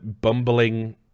bumbling